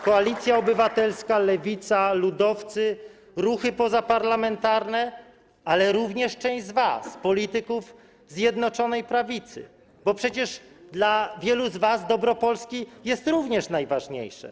Koalicja Obywatelska, Lewica, ludowcy, ruchy pozaparlamentarne, ale również część z was, polityków Zjednoczonej Prawicy, bo przecież dla wielu z was dobro Polski jest również najważniejsze.